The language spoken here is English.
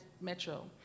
metro